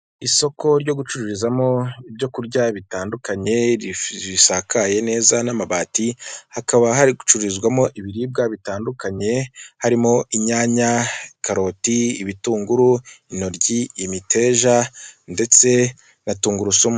Isoko ryo gucururizamo ibyo kurya bitandukanye risakaye neza n'amabati, hakaba hari gucururizwamo ibiribwa bitandukanye, harimo inyanya, karoti, ibitunguru, intoryi, imiteja ndetse na tungurusumu.